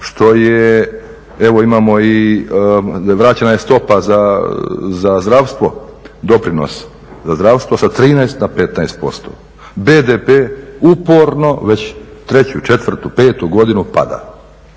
što je evo imamo i, vraćena je stopa za zdravstvo, doprinos za zdravstvo sa 13 na 15%. BDP uporno već treću, četvrtu, petu godinu pada.